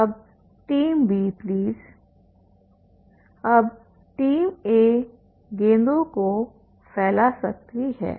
अब team B please अब team A गेंदों को फैला सकती है